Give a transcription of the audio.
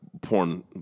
Porn